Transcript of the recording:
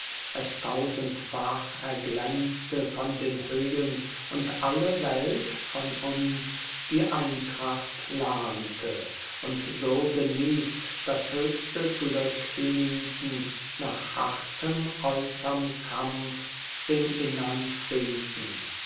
es tausendfach erglänzte von den höhen und alle welt von uns die eintracht lernte und so genießt das höchste glück hienieden nach hartem äußern kampf den innern frieden